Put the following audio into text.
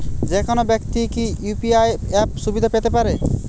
যেকোনো ব্যাক্তি কি ইউ.পি.আই অ্যাপ সুবিধা পেতে পারে?